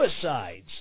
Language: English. suicides